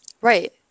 Right